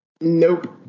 Nope